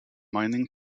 mining